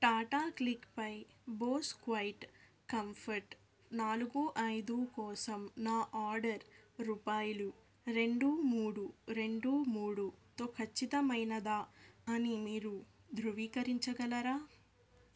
టాటా క్లిక్పై Bose quiet comfort నాలుగు ఐదు కోసం నా ఆర్డర్ రూపాయిలు రెండు మూడు రెండు మూడుతో ఖచ్చితమైనదా అని మీరు ధృవీకరించగలరా